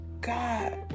God